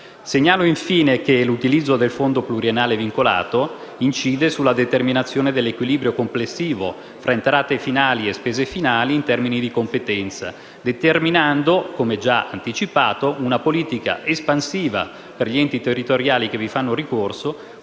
Segnalo, infine, che l'utilizzo del fondo pluriennale vincolato incide sulla determinazione dell'equilibrio complessivo tra entrate finali e spese finali in termini di competenza, determinando, come anticipato, una politica espansiva per gli enti territoriali che vi fanno ricorso,